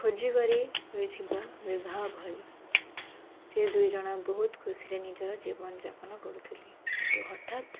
ଖୋଜିକରି ହୋଇଥିବା ବିବାହ ଭଳି ସେ ଦୁଇଜଣ ବହୁତ ଖୁସିରେ ନିଜର ଜୀବନଯାପନ କରୁଥିଲେ କିନ୍ତୁ ହଠାତ୍